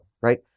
right